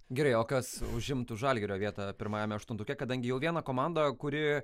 gerai o kas užimtų žalgirio vietą pirmajame aštuntuke kadangi jau viena komanda kuri